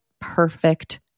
perfect